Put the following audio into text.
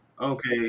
okay